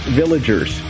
villagers